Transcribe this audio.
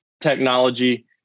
technology